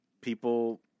people